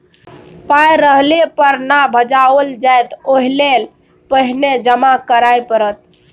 पाय रहले पर न भंजाओल जाएत ओहिलेल पहिने जमा करय पड़त